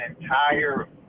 entire